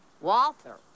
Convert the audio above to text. Walter